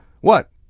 What